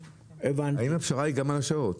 האם הפשרה היא גם על השעות?